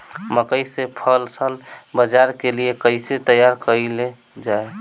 मकई के फसल बाजार के लिए कइसे तैयार कईले जाए?